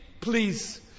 please